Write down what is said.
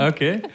Okay